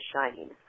shining